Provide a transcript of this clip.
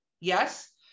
yes